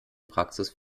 praxis